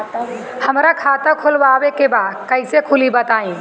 हमरा खाता खोलवावे के बा कइसे खुली बताईं?